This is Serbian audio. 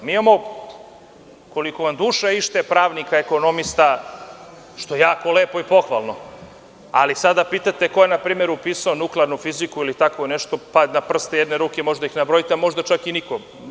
Mi imamo koliko vam duša ište pravnika, ekonomista, što je jako lepo i pohvalno, ali sad da pitate ko je npr. upisao nuklearnu fiziku ili tako nešto, pa na prste jedne ruke možete da ih nabrojite, a možda čak i niko.